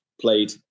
played